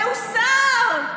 זה הוסר.